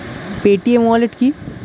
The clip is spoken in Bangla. পেটিএম ওয়ালেট কি?